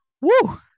Woo